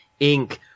Inc